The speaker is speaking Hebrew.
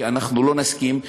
כי לא נסכים,